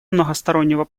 многостороннего